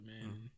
man